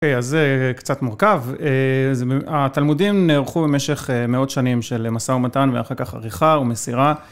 אז זה קצת מורכב, התלמודים נערכו במשך מאות שנים של משא ומתן ואחר כך עריכה ומסירה.